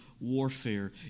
warfare